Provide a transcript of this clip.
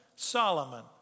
Solomon